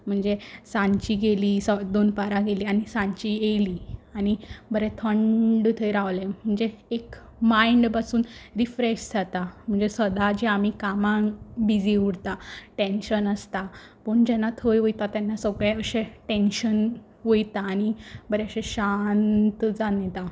म्हणजे सांजची गेलीं स दनपारां गेलीं आनी सांजची येयलीं आनी बरें थंड थंय रावले म्हणजे एक मायंड पसून रिफ्रॅश जाता म्हणजे सदां जे आमी कामांक बिजी उरता टँशन आसता पूण जेन्ना थंय वयता तेन्ना सगळें अशें टँशन वयता आनी बरें अशें शांत जावं येता